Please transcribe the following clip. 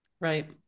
Right